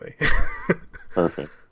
Perfect